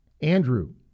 Andrew